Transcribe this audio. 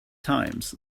times